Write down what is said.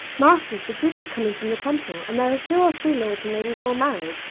masters, the duke is coming from the temple and there is two or three lords and ladies more married.